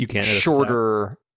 shorter